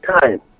time